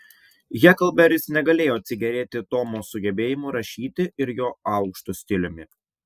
heklberis negalėjo atsigėrėti tomo sugebėjimu rašyti ir jo aukštu stiliumi